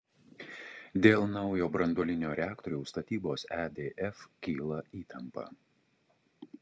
dėl naujo branduolinio reaktoriaus statybos edf kyla įtampa